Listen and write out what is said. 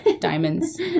diamonds